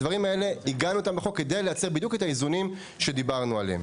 עיגנו את הדברים האלה בחוק כדי לייצר בדיוק את האיזונים שדיברנו עליהם.